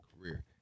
career